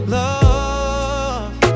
love